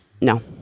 No